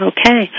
Okay